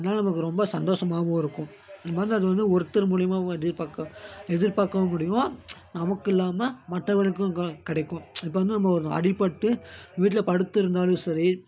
அதனால் நமக்கு ரொம்ப சந்தோசமாகவும் இருக்கும் இந்தமாதிரி அது வந்து ஒருத்தர் மூலியமாக எதிர்பார்க்க எதிர்பார்க்கவும் முடியும் நமக்கில்லாம மற்றவர்களுக்கும் கிடைக்கும் இப்போ வந்து நம்ம ஒரு அடிபட்டு வீட்டில் படுத்திருந்தாலும் சரி